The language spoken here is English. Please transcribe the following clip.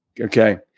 Okay